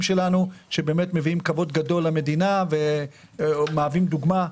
שלנו שמביאים כבוד למדינה ומהווים דוגמה,